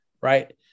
right